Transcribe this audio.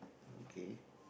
okay